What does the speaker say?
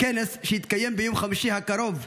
כנס שיתקיים ביום חמישי הקרוב,